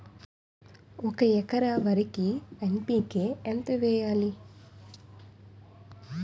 ఒక ఎకర వరికి ఎన్.పి కే ఎంత వేయాలి?